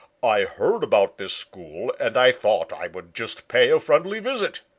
i heard about this school and i thought i would just pay a friendly visit.